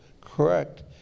correct